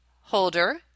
Holder